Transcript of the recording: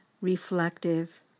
reflective